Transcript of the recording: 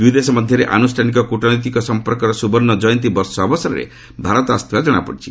ଦୁଇଦେଶ ମଧ୍ୟରେ ଆନୁଷ୍ଠାନିକ କୂଟନୈତିକ ସଂପର୍କର ସୁବର୍ଣ୍ଣଜୟନ୍ତୀ ବର୍ଷ ଅବସରରେ ଭାରତ ଆସିଥିବା ଜଣାପଡ଼ିଛି